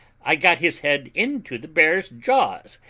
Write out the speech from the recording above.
i got his head into the bear's jaws,